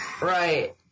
Right